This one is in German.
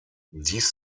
dies